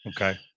Okay